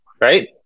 right